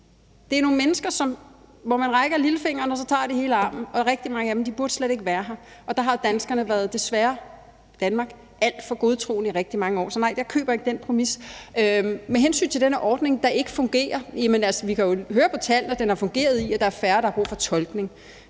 Det er nogle mennesker, som, når man rækker dem lillefingeren, tager hele armen, og rigtig mange af dem burde slet ikke være her. Og der har danskerne, Danmark, desværre været alt fra godtroende i rigtig mange år. Så nej, jeg køber ikke den præmis. Med hensyn til den her ordning, der ikke fungerer, vil jeg sige, at vi jo kan høre på tallene, at den har fungeret, i og med at der er færre, der har brug for tolkning.